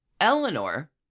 Eleanor